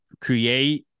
create